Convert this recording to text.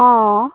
অ'